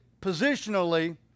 positionally